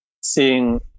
seeing